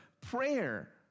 prayer